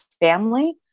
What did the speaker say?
family